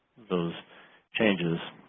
those changes